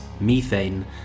Methane